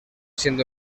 siendo